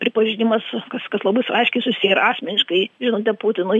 pripažinimas kas kas labai su aiškiai susiję ir asmeniškai žinutė putinui